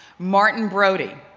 martin brody,